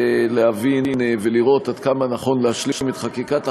להבין ולראות עד כמה נכון להשלים את חקיקת החוק,